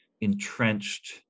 entrenched